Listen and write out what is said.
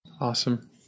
Awesome